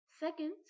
Second